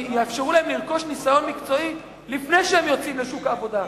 שיאפשרו להם לרכוש ניסיון מקצועי לפני שהם יוצאים לשוק העבודה,